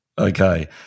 Okay